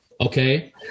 okay